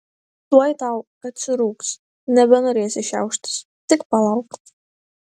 tuoj tau atsirūgs nebenorėsi šiauštis tik palauk